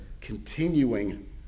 continuing